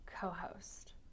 co-host